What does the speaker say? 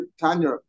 Tanya